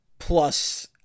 plus